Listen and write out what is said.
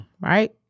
Right